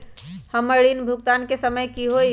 हमर ऋण भुगतान के समय कि होई?